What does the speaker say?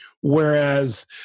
Whereas